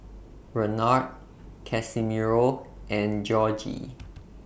Renard Casimiro and Georgie